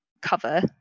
cover